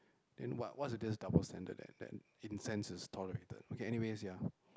then what what's the this double standard that that incense is tolerated okay anyways ya